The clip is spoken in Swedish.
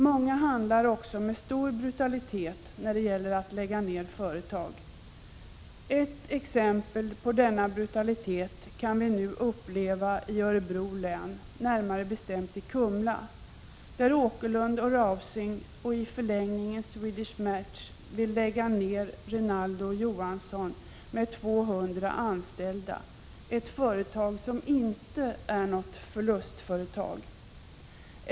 Många handlar också med stor brutalitet när det gäller att lägga ned företag. Ett exempel på denna brutalitet kan vi nu uppleva i Örebro län — närmare bestämt i Kumla — där Åkerlund & Rausing och i förlängningen Swedish Match vill lägga ned Rinaldo & Johansson med ca 200 anställda — ett företag som inte är något förlustföretag.